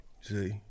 See